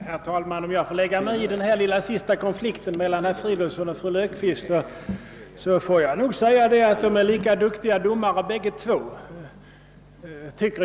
Herr talman! Om jag får lägga mig i den senaste lilla konflikten mellan herr Fridolfsson i Stockholm och fru Löfqvist, vill jag konstatera att de är minst lika duktiga domare båda två.